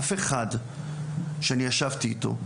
אף אחד שאני ישבתי איתו,